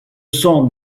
sont